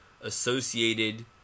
associated